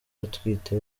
atwite